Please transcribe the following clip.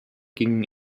gingen